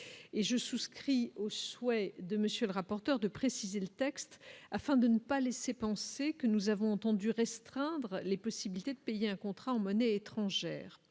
je souscris aux souhaits de monsieur le rapporteur, de préciser le texte afin de ne pas laisser penser que nous avons entendu restreindre les possibilités de payer un contrat en monnaie étrangère